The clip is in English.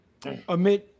Amit